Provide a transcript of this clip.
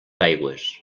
aigües